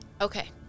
Okay